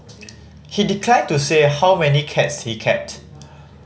he declined to say how many cats he kept